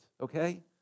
okay